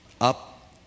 up